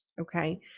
okay